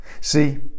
See